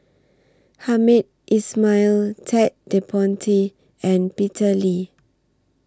Hamed Ismail Ted De Ponti and Peter Lee